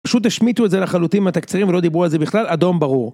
פשוט השמיטו את זה לחלוטין מהתקצירים ולא דיברו על זה בכלל, אדום ברור.